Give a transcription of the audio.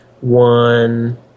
one